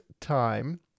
time